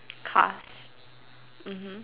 cars mmhmm